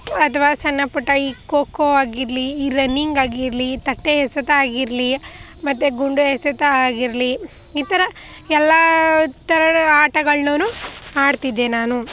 ಅಥ್ವಾ ಸಣ್ಣ ಪುಟ್ಟ ಈ ಖೋಖೋ ಆಗಿರಲಿ ಈ ರನ್ನಿಂಗ್ ಆಗಿರಲಿ ತಟ್ಟೆ ಎಸೆತ ಆಗಿರಲಿ ಮತ್ತೆ ಗುಂಡು ಎಸೆತ ಆಗಿರಲಿ ಈ ಥರ ಎಲ್ಲ ಥರ ಆಟಗಳನ್ನೂ ಆಡ್ತಿದ್ದೆ ನಾನು